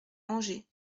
angers